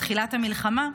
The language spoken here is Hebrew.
בתחילת המלחמה,